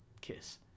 KISS